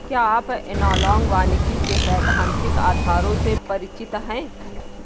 क्या आप एनालॉग वानिकी के सैद्धांतिक आधारों से परिचित हैं?